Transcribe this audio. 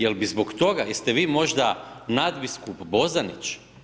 Jel' bi zbog toga, jeste vi možda nadbiskup Bozanić?